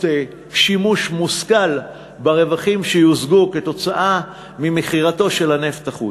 שימוש מושכל ברווחים שיושגו כתוצאה ממכירתו של הנפט החוצה.